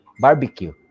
barbecue